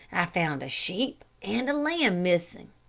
i found a sheep and lamb missing,